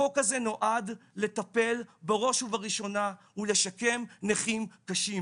החוק הזה נועד לטפל בראש ובראשונה ולשקם נכים קשים.